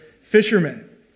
fishermen